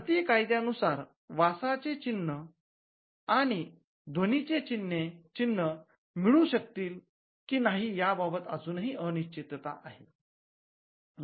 भारतीय कायद्यानुसार वासांचे चिन्ह आणि ध्वनीचे चिन्ह मिळू शकतील की नाही याबाबत अजूनही अनिश्चितता आहे